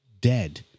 dead